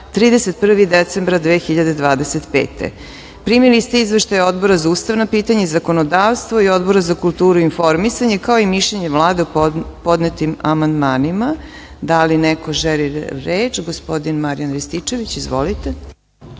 31. decembra 2025.Primili ste izveštaj Odbora za ustavna pitanja i zakonodavstvo i Odbora za kulturu i informisanje, kao i mišljenje Vlade o podnetim amandmanima. Da li neko želi reč? Gospodin Marijan Rističević. Izvolite.